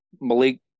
Malik